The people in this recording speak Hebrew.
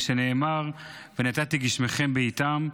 שנאמר: "ונתתי גשמיכם בעתם".